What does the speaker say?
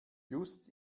just